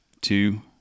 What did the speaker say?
two